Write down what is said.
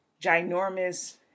ginormous